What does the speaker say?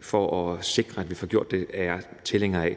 for at sikre, at vi får gjort det, er jeg tilhænger af.